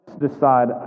decide